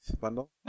bundle